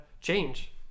change